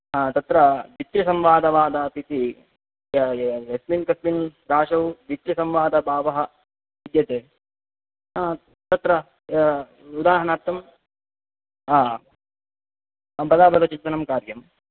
हा तत्र नित्यसंवादवादात् इति यस्मिन् कस्मिन् राशौ नित्यसंवादभावः विद्यते तत्र उदाहरणार्थम् बलाबलचिन्तनं कार्यम्